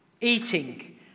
eating